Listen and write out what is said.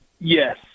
Yes